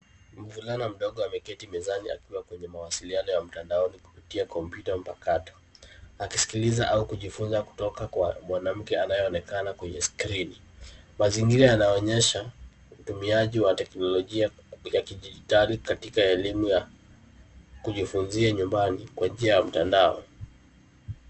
Mvulana mdogo ameketi mezani akiwa kwenye mawasiliano ya mtandaoni kupitia kompyuta mpakato akiskiliza au kujifunza kutoka kwa mwanamke anayeonekana kwenye skrini. Mazingira yanaonyesha utumiaji wa teknolojia ya kidijitali katika elimu ya kujifunzia nyumbani kwa njia ya mtandao.